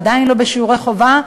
עדיין לא בשיעורי חובה,